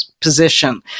position